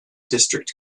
district